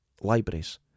libraries